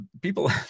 people